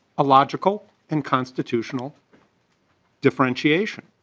a logical and constitutional differentiation.